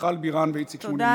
מיכל בירן ואיציק שמולי,